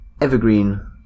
evergreen